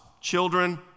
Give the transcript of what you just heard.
children